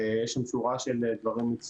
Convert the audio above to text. ויש שם שורה של דברים.